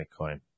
Bitcoin